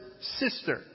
sister